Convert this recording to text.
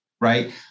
right